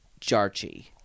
Jarchi